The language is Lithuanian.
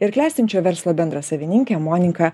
ir klestinčio verslo bendrasavininkė monika